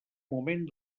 moment